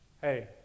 hey